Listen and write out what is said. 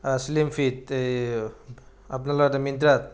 slim fit এই আপোনালোকৰ তাত মিণ্ট্ৰাত